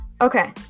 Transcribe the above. Okay